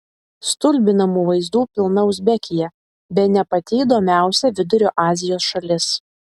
stulbinamų vaizdų pilna uzbekija bene pati įdomiausia vidurio azijos šalis